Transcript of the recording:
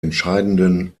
entscheidenden